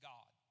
God